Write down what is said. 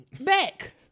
back